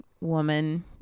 woman